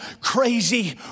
crazy